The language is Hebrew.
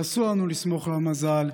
ואסור לנו לסמוך על המזל,